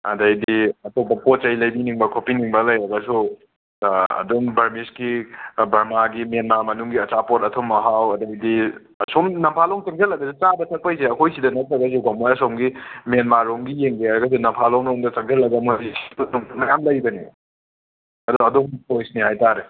ꯑꯗꯩꯗꯤ ꯑꯇꯣꯞꯄ ꯄꯣꯠ ꯆꯩ ꯂꯩꯕꯤꯅꯤꯡꯕ ꯈꯣꯠꯄꯤꯅꯤꯡꯕ ꯂꯩꯔꯒꯁꯨ ꯑꯗꯨꯝ ꯕꯔꯃꯤꯁꯀꯤ ꯕꯔꯃꯥꯒꯤ ꯃ꯭ꯌꯦꯟꯃꯥꯔ ꯃꯅꯨꯡꯒꯤ ꯑꯆꯥꯄꯣꯠ ꯑꯊꯨꯝ ꯑꯍꯥꯎ ꯑꯗꯒꯤꯗꯤ ꯁꯨꯝ ꯅꯝꯐꯥꯂꯣꯡ ꯆꯪꯖꯤꯜꯂꯗꯤ ꯆꯥꯕ ꯊꯛꯄꯩꯗꯤ ꯑꯩꯈꯣꯏꯁꯤꯗ ꯅꯠꯇ꯭ꯔꯒꯁꯨꯀꯣ ꯃꯣꯏ ꯑꯁꯣꯝꯒꯤ ꯃ꯭ꯌꯥꯟꯃꯥꯔꯔꯣꯝꯒꯤ ꯌꯦꯡꯒꯦ ꯍꯥꯏꯔꯒꯗꯤ ꯅꯝꯐꯥꯂꯣꯡꯔꯣꯝꯗ ꯆꯪꯁꯜꯂꯒ ꯃꯥꯒꯤ ꯁꯤꯐꯨꯠꯀꯨꯝꯕ ꯃꯌꯥꯝ ꯂꯩꯕꯅꯦ ꯑꯗꯣ ꯑꯗꯣꯝꯒꯤ ꯆꯣꯏꯁꯅꯦ ꯍꯥꯏ ꯇꯥꯔꯦ